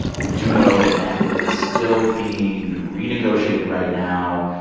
we do know that nafta is still being renegotiated right now.